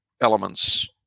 elements